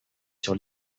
sur